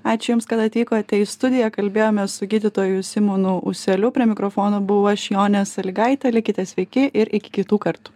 ačiū jums kad atvykote į studiją kalbėjomės su gydytoju simonu useliu prie mikrofono buvau aš jonė salygaitė likite sveiki ir iki kitų kartų